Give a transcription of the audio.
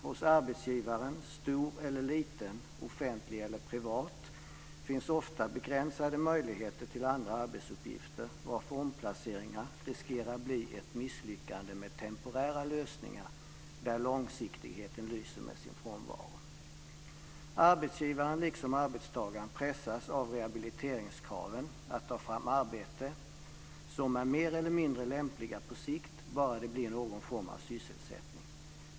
Hos arbetsgivaren, stor eller liten, offentlig eller privat, finns ofta begränsade möjligheter till andra arbetsuppgifter varför omplaceringar riskerar att bli ett misslyckande med temporära lösningar där långsiktigheten lyser med sin frånvaro. Arbetsgivaren, liksom arbetstagaren, pressas av rehabiliteringskraven att ta fram arbete som är mer eller mindre lämpliga på sikt, bara det blir någon form av sysselsättning.